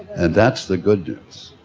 and that's the good news